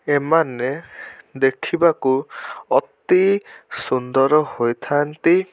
ଏମାନେ ଦେଖିବାକୁ ଅତି ସୁନ୍ଦର ହୋଇଥାନ୍ତି